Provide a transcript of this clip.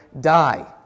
die